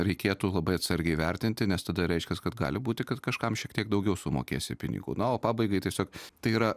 reikėtų labai atsargiai vertinti nes tada reiškias kad gali būti kad kažkam šiek tiek daugiau sumokėsi pinigų na o pabaigai tiesiog tai yra